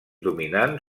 dominant